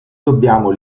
dobbiamo